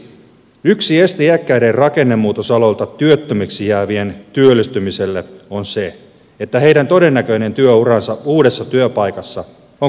toiseksi yksi este iäkkäiden rakennemuutosaloilta työttömiksi jäävien työllistymiselle on se että heidän todennäköinen työuransa uudessa työpaikassa on kohtuullisen lyhyt